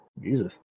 Jesus